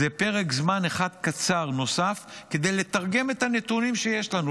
זה פרק זמן אחד קצר נוסף כדי לתרגם את הנתונים שיש לנו,